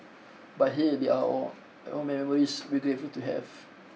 but hey they are all all memories we're grateful to have